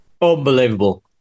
Unbelievable